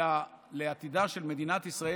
אלא לעתידה של מדינת ישראל,